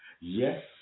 Yes